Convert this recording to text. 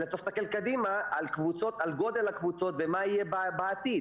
אלא צריך להסתכל קדימה על גודל הקבוצות ומה יהיה בעתיד.